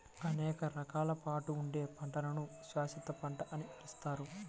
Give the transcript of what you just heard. అనేక కాలాల పాటు ఉండే పంటను శాశ్వత పంట అని పిలుస్తారు